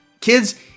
Kids